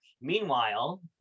Meanwhile